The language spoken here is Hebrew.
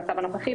במצב הנוכחי,